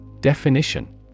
Definition